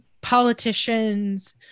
politicians